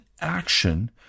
action